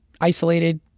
Isolated